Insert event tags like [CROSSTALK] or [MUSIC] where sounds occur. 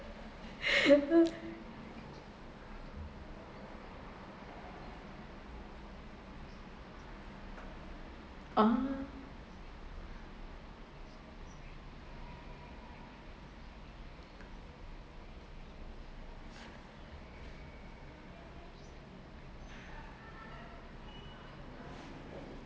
[LAUGHS] ah